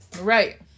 Right